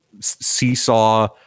seesaw